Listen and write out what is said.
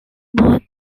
both